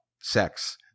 sex